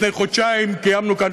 לפני חודשיים קיימנו כאן,